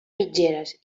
mitgeres